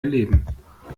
erleben